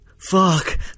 fuck